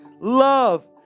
Love